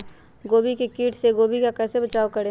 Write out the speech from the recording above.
गोभी के किट से गोभी का कैसे बचाव करें?